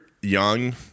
young